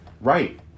Right